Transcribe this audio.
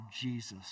Jesus